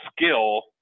skill